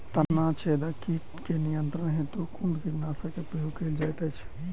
तना छेदक कीट केँ नियंत्रण हेतु कुन कीटनासक केँ प्रयोग कैल जाइत अछि?